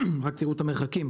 רק תראו את המרחקים,